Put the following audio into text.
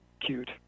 cute